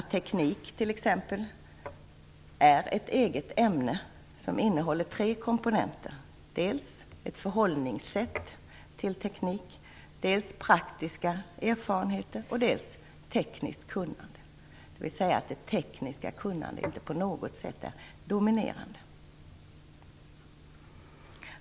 Teknik är t.ex. ett eget ämne, som innehåller tre komponenter: dels ett förhållningssätt till teknik, dels praktiska erfarenheter, dels tekniskt kunnande. Det tekniska kunnandet är alltså inte på något sätt det dominerande.